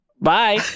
bye